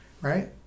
right